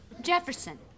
Jefferson